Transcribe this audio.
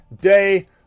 day